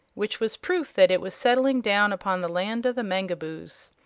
which was proof that it was settling down upon the land of the mangaboos.